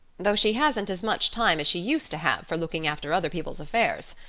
though she hasn't as much time as she used to have for looking after other people's affairs.